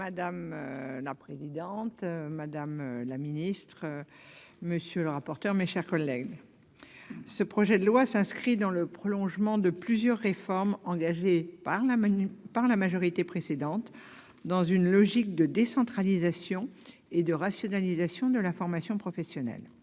Madame la présidente, madame la secrétaire d'État, monsieur le rapporteur, mes chers collègues, ce projet de loi s'inscrit dans le prolongement de plusieurs réformes engagées par la majorité précédente, dans une logique de décentralisation et de rationalisation de la formation professionnelle.